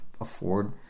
afford